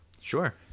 Sure